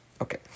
Okay